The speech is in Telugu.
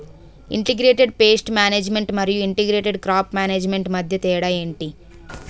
ఇంటిగ్రేటెడ్ పేస్ట్ మేనేజ్మెంట్ మరియు ఇంటిగ్రేటెడ్ క్రాప్ మేనేజ్మెంట్ మధ్య తేడా ఏంటి